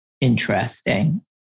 interesting